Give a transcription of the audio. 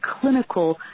clinical